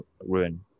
Ruin